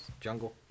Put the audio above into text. Jungle